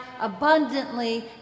abundantly